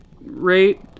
rate